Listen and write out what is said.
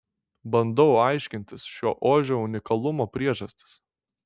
bandau aiškintis šio ožio unikalumo priežastis